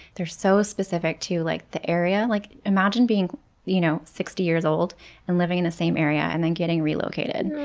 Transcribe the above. they're so specific to like the area. like imagine being you know sixty years old and living in the same area and then getting relocated.